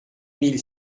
mille